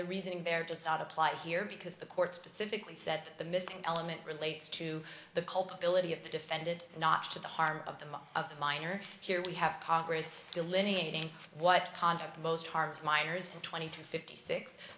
the reasoning there to start apply here because the court specifically said that the missing element relates to the culpability of the defended not to the harm of the mind of the minor here we have congress delineating what conduct most harms minors from twenty to fifty six